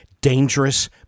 dangerous